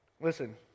listen